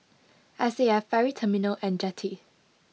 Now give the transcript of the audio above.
S A F Ferry Terminal and Jetty